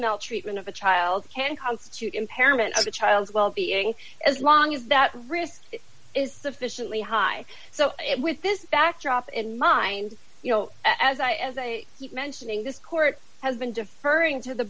no treatment of a child can constitute impairment of the child's wellbeing as long as that risk is sufficiently high so with this backdrop in mind you know as i as i keep mentioning this court has been deferring to the